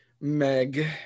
Meg